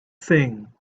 thing